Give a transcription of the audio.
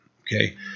Okay